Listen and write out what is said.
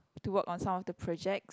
to work on some of the projects